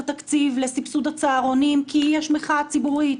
תקציב לסבסוד הצהרונים כי יש מחאה ציבורית,